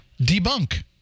Debunk